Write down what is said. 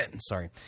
Sorry